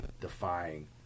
defying